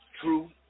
true